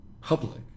public